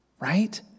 right